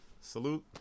Salute